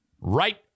Right